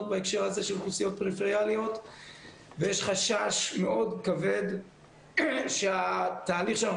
בהקשר הזה של אוכלוסיות פריפריאליות ויש חשש מאוד כבד שהתהליך שאנחנו